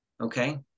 Okay